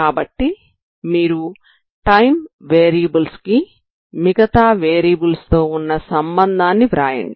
కాబట్టి మీరు time variables కి మిగతా వేరియబుల్స్ తో వున్న సంబంధాన్ని వ్రాయండి